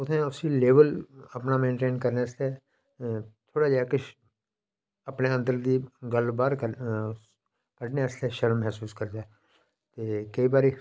उत्थै उसी लेबल अपना मेनटेन करने आस्तै थोह्ड़ा जेहा किश अपने अंदर दी गल्ल बाहर कड्ढने आस्तै शर्म महसूस करदे ते केईं बारी